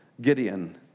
Gideon